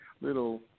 little